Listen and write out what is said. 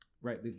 Right